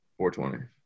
420